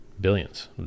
Billions